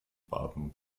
baden